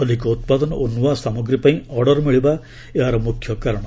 ଅଧିକ ଉତ୍ପାଦନ ଓ ନୂଆ ସାମଗ୍ରୀ ପାଇଁ ଅର୍ଡର୍ ମିଳିବା ଏହାର ମୁଖ୍ୟ କାରଣ